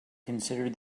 considered